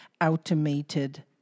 automated